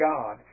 God